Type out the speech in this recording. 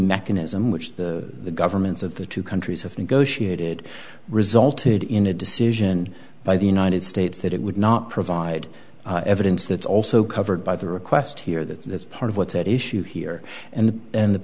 mechanism which the governments of the two countries have negotiated resulted in a decision by the united states that it would not provide evidence that is also covered by the request here that that's part of what's at issue here and and the